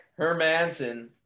Hermanson